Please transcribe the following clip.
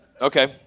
Okay